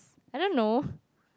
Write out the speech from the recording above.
I don't know